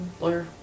Lawyer